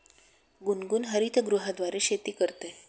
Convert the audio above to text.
गुनगुन हरितगृहाद्वारे शेती करते